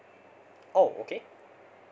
oh okay